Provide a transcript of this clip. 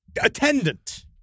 attendant